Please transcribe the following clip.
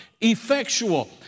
effectual